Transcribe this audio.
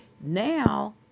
Now